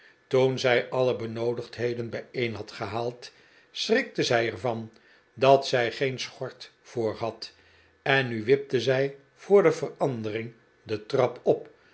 toen zij alle benoodigdheden bijeen had gehaald schrikte zij er van dat zij geen schort voor had en nu wipte zij voor de verandering de trap op